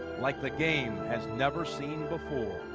like the game has never seen before.